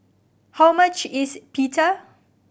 how much is Pita